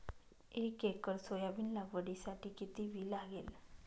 एक acre soybean लागवडीसाठी किती बी लागेल?